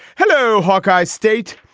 hello, hawkeye state.